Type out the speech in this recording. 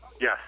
Yes